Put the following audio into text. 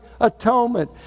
atonement